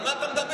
על מה אתה מדבר?